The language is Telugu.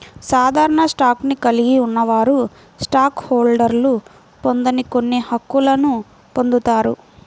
సాధారణ స్టాక్ను కలిగి ఉన్నవారు స్టాక్ హోల్డర్లు పొందని కొన్ని హక్కులను పొందుతారు